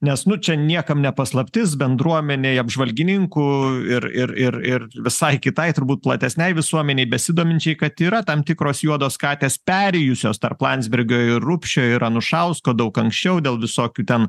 nes nu čia niekam ne paslaptis bendruomenei apžvalgininkų ir ir ir ir visai kitai turbūt platesnei visuomenei besidominčiai kad yra tam tikros juodos katės perėjusios tarp landsbergio ir rubšio ir anušausko daug anksčiau dėl visokių ten